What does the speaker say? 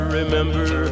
remember